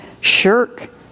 shirk